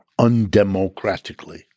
undemocratically